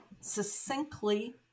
succinctly